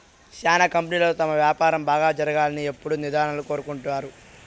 శ్యానా కంపెనీలు తమ వ్యాపారం బాగా జరగాలని ఎప్పుడూ నిధులను కోరుకుంటారు